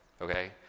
okay